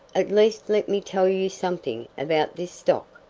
at least let me tell you something about this stock,